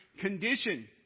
condition